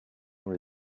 nous